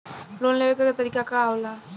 Loan लेवे क तरीकाका होला?